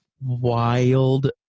wild